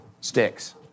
sticks